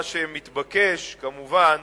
מה שמתבקש, כמובן,